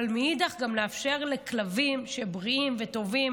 אבל מאידך גם לאפשר לכלבים בריאים וטובים